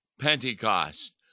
Pentecost